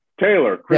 taylor